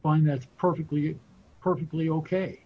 on that's perfectly perfectly ok